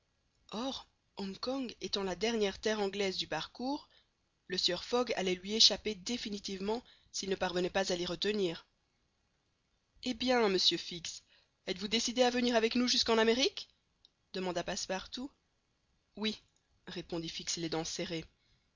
or hong kong étant la dernière terre anglaise du parcours le sieur fogg allait lui échapper définitivement s'il ne parvenait pas à l'y retenir eh bien monsieur fix êtes-vous décidé à venir avec nous jusqu'en amérique demanda passepartout oui répondit fix les dents serrées